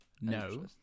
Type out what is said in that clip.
no